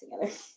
together